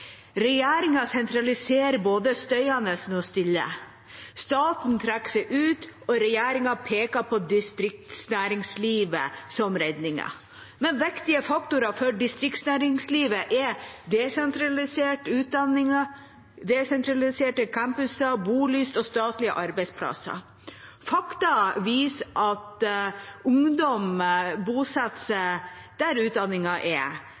regjeringa? Regjeringa sentraliserer både støyende og stille. Staten trekker seg ut, og regjeringa peker på distriktsnæringslivet som redningen. Men viktige faktorer for distriktsnæringslivet er desentraliserte utdanninger, desentraliserte campuser, bolyst og statlige arbeidsplasser. Fakta viser at ungdom bosetter seg der utdanningen er